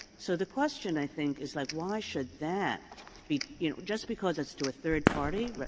so the question i think is, like, why should that be, you know just because it's to a third party,